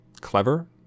clever